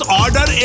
order